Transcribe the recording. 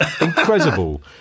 incredible